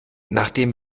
nachdem